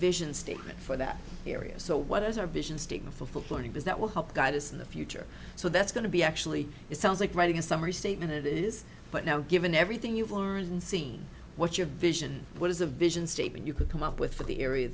vision statement for that area so what is our vision stigma for folks learning is that will help guide us in the future so that's going to be actually it sounds like writing a summary statement it is but now given everything you've learned and seen what your vision what is a vision statement you could come up with for the area